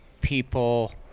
people